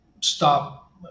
stop